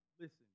listen